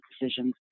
decisions